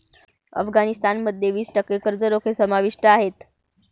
अफगाणिस्तान मध्ये वीस टक्के कर्ज रोखे समाविष्ट आहेत